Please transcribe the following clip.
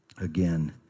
again